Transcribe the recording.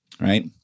Right